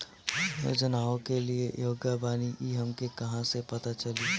हम योजनाओ के लिए योग्य बानी ई हमके कहाँसे पता चली?